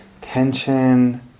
tension